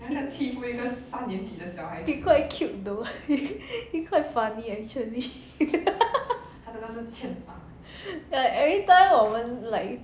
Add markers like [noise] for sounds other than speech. he quite cute though [laughs] he quite funny actually [laughs] like every time 我们 like